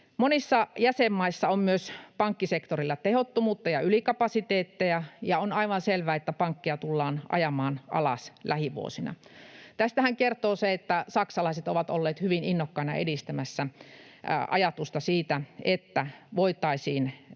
Monissa jäsenmaissa on myös pankkisektorilla tehottomuutta ja ylikapasiteettia, ja on aivan selvä, että pankkeja tullaan ajamaan alas lähivuosina. Tästähän kertoo se, että saksalaiset ovat olleet hyvin innokkaina edistämässä ajatusta siitä, että tällä